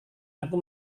aku